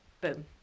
boom